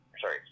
sorry